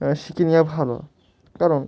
শিখে নেওয়া ভালো কারণ